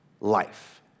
life